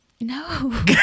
No